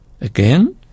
Again